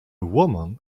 woman